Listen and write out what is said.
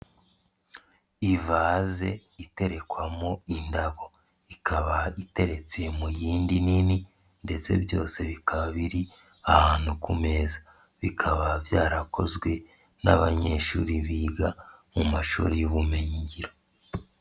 Ivaze iterekwamo indabo ikaba iteretse mu yindi nini, ndetse byose bikaba biri ahantu ku meza, bikaba byarakozwe n'abanyeshuri biga mu mashuri y'ubumenyingiro.